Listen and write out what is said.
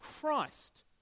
Christ